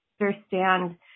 understand